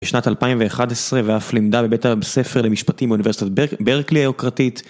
בשנת 2011 ואף לימדה בבית הספר למשפטים באוניברסיטת ברקלי היוקרתית.